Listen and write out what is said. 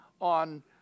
on